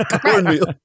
cornmeal